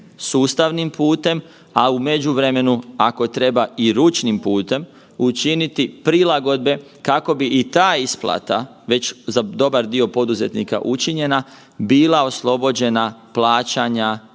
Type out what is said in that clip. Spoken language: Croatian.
sustavnim putem, a u međuvremenu ako treba i ručnim putem, učiniti prilagodbe kako bi i ta isplata već za dobar dio poduzetnika učinjena, bila oslobođena plaćanja